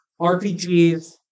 RPGs